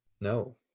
No